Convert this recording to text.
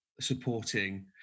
supporting